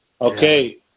okay